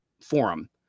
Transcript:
forum